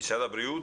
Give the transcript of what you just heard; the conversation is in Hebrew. משרד הבריאות.